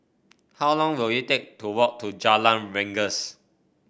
how long will it take to walk to Jalan Rengas